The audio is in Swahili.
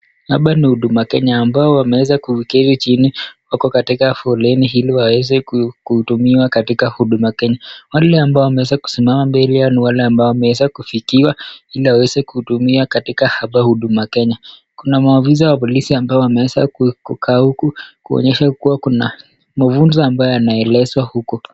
Hapa ni huduma kenya ambao wameweza kuketi chini, wako katika foleni iliwaweze kuhudumiwa katika huduma kenye. Wale ambao wameweza kusimama mbele yao ni wale ambao wameweza kufikiwa, iliaweza kuhudumiwa katika hapa huduma kenya. Kuna maofisa wa polisi ambao wameweza kukaa uku, kuonyesha kuwa kuna mafunzo ambao aneelezwa huko.